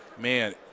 man